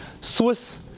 Swiss